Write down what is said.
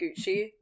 Gucci